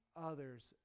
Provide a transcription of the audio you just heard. others